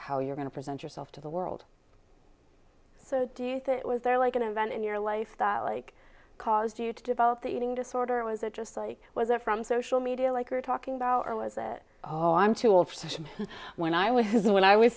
how you're going to present yourself to the world so do you think it was there like an event in your life that like caused you to develop the eating disorder or was it just like was it from social media like you're talking about or was it oh i'm too old fashioned when i was when i was